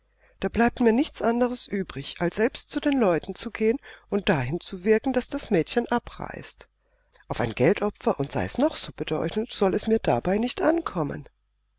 da bleibt mir nichts anderes übrig als selbst zu den leuten zu gehen und dahin zu wirken daß das mädchen abreist auf ein geldopfer und sei es noch so bedeutend soll es mir dabei nicht ankommen